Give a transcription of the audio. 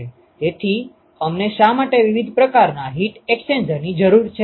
તેથી અમને શા માટે વિવિધ પ્રકારના હીટ એક્સ્ચેન્જરની જરૂર છે